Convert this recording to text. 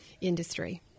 industry